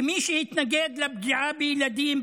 מי שהתנגד לפגיעה בילדים,